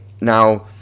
Now